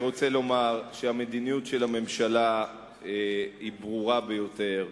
אני רוצה לומר שהמדיניות של הממשלה היא ברורה ביותר,